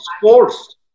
sports